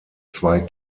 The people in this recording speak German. zwei